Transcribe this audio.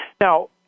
Now